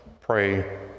pray